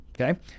okay